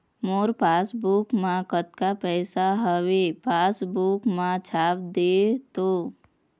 मोर passbook मा कतका पैसा हवे पासबुक मा छाप देव तो?